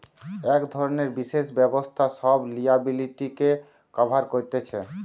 এক ধরণের বিশেষ ব্যবস্থা সব লিয়াবিলিটিকে কভার কতিছে